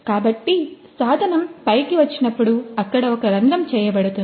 కాబట్టి సాధనం పైకి వచ్చినప్పుడు అక్కడ ఒక రంధ్రం చేయబడుతుంది